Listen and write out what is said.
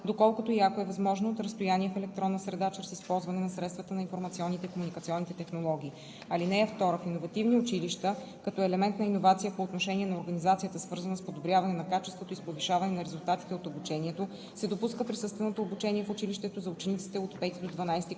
доколкото и ако е възможно, от разстояние в електронна среда чрез използване на средствата на информационните и комуникационните технологии. (2) В иновативни училища като елемент на иновация по отношение на организацията, свързана с подобряване на качеството и с повишаване на резултатите от обучението, се допуска присъственото обучение в училището за учениците от V до XII клас